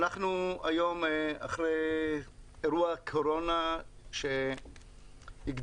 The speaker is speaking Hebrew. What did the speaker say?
אנחנו היום אחרי אירוע קורונה שהגדיל